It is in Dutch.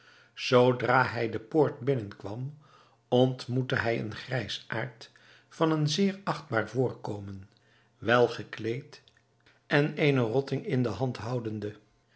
zoodra hij de poort binnenkwam ontmoette hij een grijsaard van een zeer achtbaar voorkomen wel gekleed en eene rotting in de hand houdende